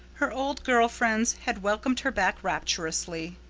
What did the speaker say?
her old girl friends had welcomed her back rapturously.